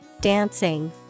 dancing